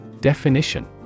Definition